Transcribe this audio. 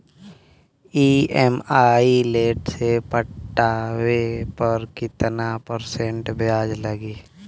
EMI late से पटावे पर कितना परसेंट ब्याज लगी?